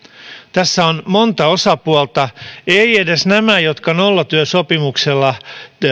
tässä on monta osapuolta eivät edes nämä jotka nollatyösopimuksella